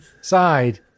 side